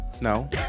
no